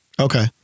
Okay